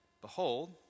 behold